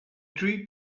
tree